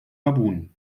gabun